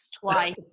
twice